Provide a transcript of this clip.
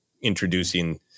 introducing